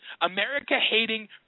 America-hating